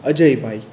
Ajaybhai